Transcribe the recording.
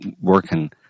working